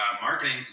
marketing